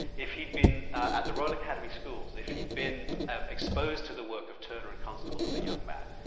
if he'd been at the royal academy schools, if he'd been exposed to the work of turner and constable as a young man,